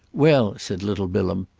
well, said little bilham,